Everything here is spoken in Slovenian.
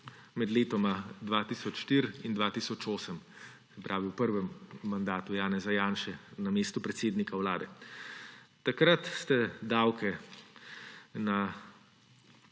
med letoma 2004 in 2008, se pravi v prvem mandatu Janeza Janše na mestu predsednika Vlade. Takrat ste davke na